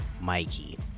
mikey